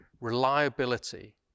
reliability